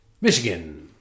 Michigan